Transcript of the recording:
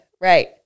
Right